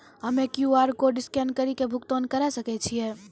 हम्मय QR code scan कड़ी के भुगतान करें सकय छियै?